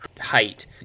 height